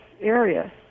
area